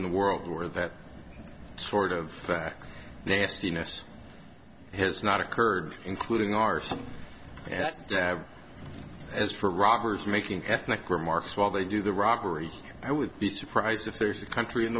in the world where that sort of nastiness has not occurred including ours and as for robbers making ethnic remarks while they do the robbery i would be surprised if there's a country in